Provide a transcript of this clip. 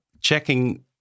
checking